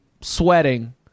sweating